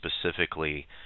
specifically